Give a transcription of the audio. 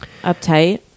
uptight